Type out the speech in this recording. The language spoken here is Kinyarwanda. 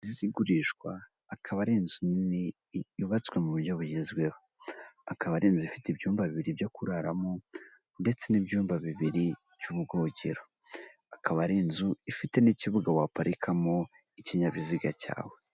Inzu nziza igurishwa, akaba ari inzu yubatswe mu buryo bugezweho, akaba ari inzu ifite ibyumba bibiri byo kuraramo ndetse n'ibyumba bibiri by'ububwogero, akaba ari inzu ifite n'ikibuga waparikamo ikinyabiziga cyawe.